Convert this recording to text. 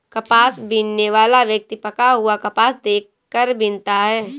कपास बीनने वाला व्यक्ति पका हुआ कपास देख कर बीनता है